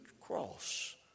cross